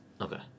Okay